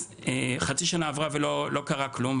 חצי שנה עברה ולא קרה כלום.